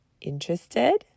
Interested